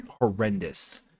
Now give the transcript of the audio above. horrendous